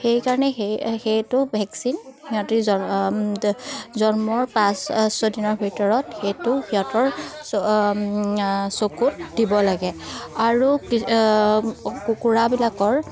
সেইকাৰণে সেই সেইটো ভেকচিন সিহঁতি জন্মৰ পাঁচ ছদিনৰ ভিতৰত সেইটো সিহঁতৰ চ চকুত দিব লাগে আৰু কুকুৰাবিলাকৰ